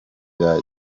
bya